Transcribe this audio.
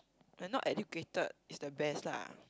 like not educated is the best lah